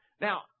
Now